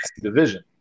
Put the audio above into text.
division